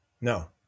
No